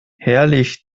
herrlich